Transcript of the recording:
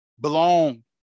belong